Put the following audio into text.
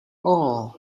ooo